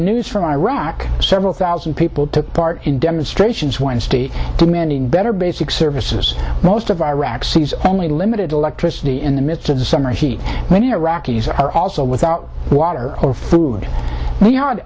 news from iraq several thousand people took part in demonstrations wednesday demanding better basic services most of iraq sees only limited electricity in the midst of the summer heat when iraqis are also without water or food the